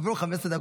עברו 15 דקות.